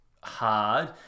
hard